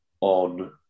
on